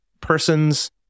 person's